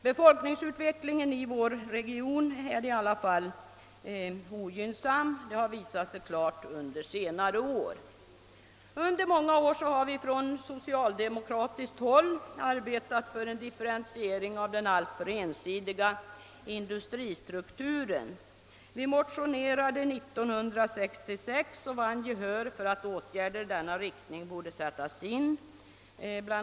Befolkningsutvecklingen i vår region är klart ogynnsam, vilket har accentuerats under senare år. Under många år har vi från socialdemokratiskt håll arbetat för en differentiering av den alltför ensidiga industristrukturen. Vi motionerade 1966 och vann gehör för att åtgärder i denna riktning borde sättas in. Bl.